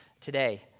today